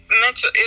mental